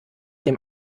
dem